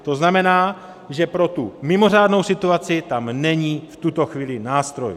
To znamená, že pro tu mimořádnou situaci tam není v tuto chvíli nástroj.